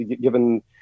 given